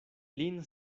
lin